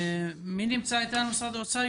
מי נמצא אתנו ממשרד האוצר?